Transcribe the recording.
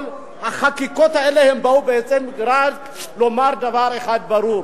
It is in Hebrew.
כל החקיקות האלה באו בעצם רק לומר דבר אחד ברור,